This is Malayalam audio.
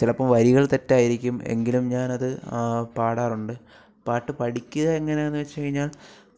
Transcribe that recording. ചിലപ്പോൾ വരികൾ തെറ്റായിരിക്കും എങ്കിലും ഞാനത് പാടാറുണ്ട് പാട്ട് പഠിക്കുക എങ്ങനെയാണെന്ന് വെച്ചുകഴിഞ്ഞാൽ